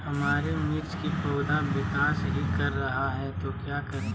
हमारे मिर्च कि पौधा विकास ही कर रहा है तो क्या करे?